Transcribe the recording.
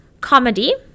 comedy